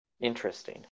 interesting